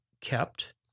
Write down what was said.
kept